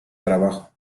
trabajo